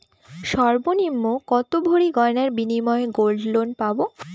সর্বনিম্ন কত ভরি গয়নার বিনিময়ে গোল্ড লোন পাব?